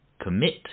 commit